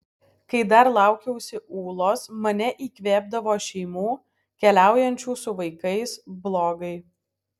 kai dar laukiausi ūlos mane įkvėpdavo šeimų keliaujančių su vaikais blogai